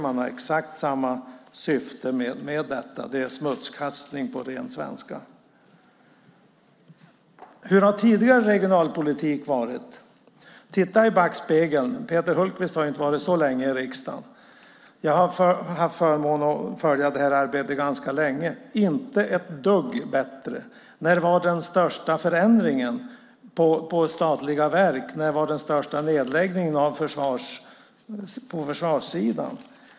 Man har exakt samma syfte med detta. Det är smutskastning, på ren svenska. Hur har tidigare regionalpolitik varit? Titta i backspegeln? Peter Hultqvist har inte varit så länge i riksdagen, men jag har haft förmånen att få följa det här arbetet ganska länge. Det har inte varit ett dugg bättre. När var den största förändringen när det gäller statliga verk? När var den största nedläggningen på försvarssidan?